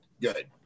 good